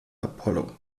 apollo